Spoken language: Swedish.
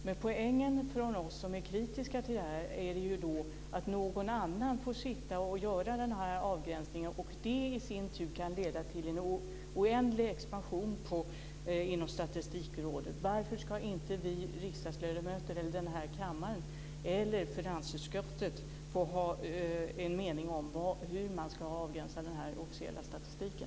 Men poängen från oss som är kritiska till detta är att någon annan får sitta och göra avgränsningen. Det i sin tur kan leda till en oändlig expansion inom statistikområdet. Varför ska inte vi riksdagsledamöter i denna kammare eller finansutskottet få ha en mening med om hur man ska avgränsa den officiella statistiken?